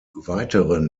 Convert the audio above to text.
weiteren